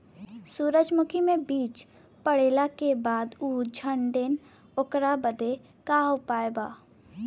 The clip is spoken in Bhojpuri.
सुरजमुखी मे बीज पड़ले के बाद ऊ झंडेन ओकरा बदे का उपाय बा?